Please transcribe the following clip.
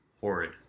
horrid